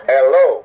Hello